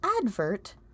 advert